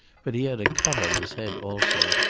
but he had a cut on his head also,